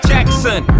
Jackson